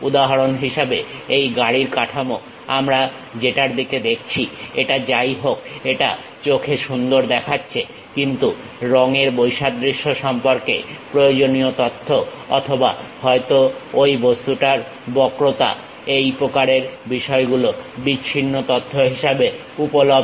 উদাহরণ হিসেবে এই গাড়ির কাঠামো আমরা যেটার দিকে দেখছি এটা যাই হোক এটা চোখে সুন্দর দেখাচ্ছে কিন্তু রং এর বৈসাদৃশ্য সম্পর্কে প্রয়োজনীয় তথ্য অথবা হয়তো ঐ বস্তুর বক্রতা এই প্রকারের বিষয়গুলো বিচ্ছিন্ন তথ্য হিসাবে উপলব্ধ